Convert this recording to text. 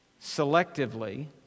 selectively